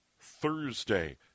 Thursday